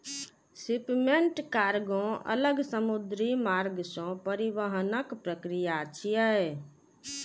shipment कार्गों अलग समुद्री मार्ग सं परिवहनक प्रक्रिया छियै